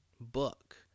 book